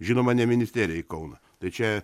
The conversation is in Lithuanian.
žinoma ne ministeriją į kauną tai čia